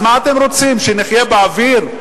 אז מה אתם רוצים, שנחיה באוויר?